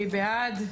מי בעד?